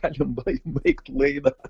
galim baik baikt laidą